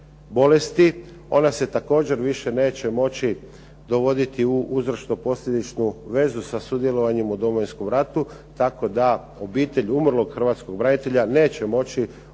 bolesti. Ona se također više neće moći dovoditi u uzročno-posljedičnu vezu sa sudjelovanjem u Domovinskom ratu. Tako da obitelj umrlog Hrvatskog branitelja neće moći